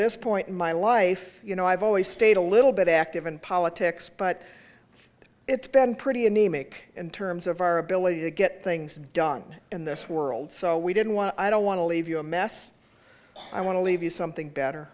this point in my life you know i've always stayed a little bit active in politics but it's been pretty anemic in terms of our ability to get things done in this world so we didn't want to i don't want to leave you a mess i want to leave you something better